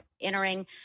entering